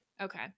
Okay